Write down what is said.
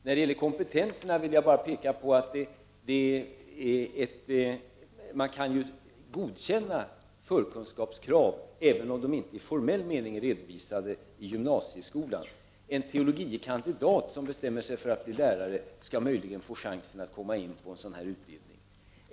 När det gäller frågan om kompetenskraven vill jag påpeka att man kan uppfylla förkunskapskrav även om kunskaperna inte i formell mening är redovisade i gymnasieskolan. En teologie kandidat som bestämmer sig för att bli lärare skall möjligen få chansen att komma in på en sådan här utbildning.